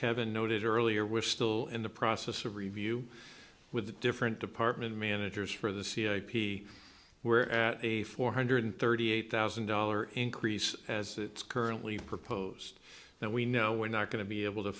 kevin noted earlier we're still in the process of review with the different department managers for the c h p we're at a four hundred thirty eight thousand dollar increase as it's currently proposed and we know we're not going to be able to